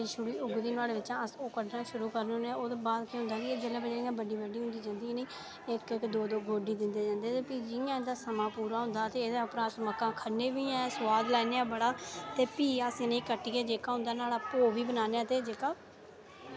जेह्का मतलब जड़ी उगदी नुआढ़े बिच्चा ते अस ओह् कड्ढना शुरू करी ओड़ने होन्ने ते नुआढ़े बाद केह् होंदा कि जेल्लै बड्डी होंदी जंदी ते इक्क इक्क दौं दौं गोड्डी दिंदे जंदे ते जियां इं'दा समां पूरा होंदाअसें एह्दे परा मक्कां खन्नें बी ऐं सुआद लैन्ने आं बड़ा ते प्ही अस इनें गी कट्टियै जेह्का होंदा नुआढ़ा भोऽ बी बनान्ने आं ते जेह्के टांडे होंदे अस इ'नेंगी